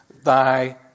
thy